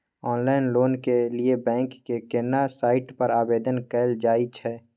Online loan के लिए bank के केना साइट पर आवेदन कैल जाए छै?